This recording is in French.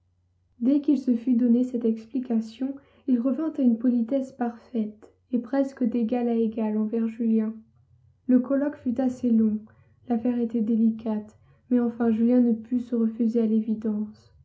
dès qu'il se fut donné cette explication il revint à une politesse parfaite et presque d'égal à égal envers julien le colloque fut assez long l'affaire était délicate mais enfin julien ne put se refuser à l'évidence